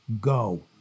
go